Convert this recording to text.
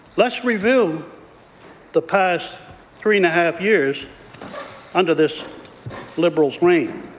let's review the past three and a half years under this liberal reign.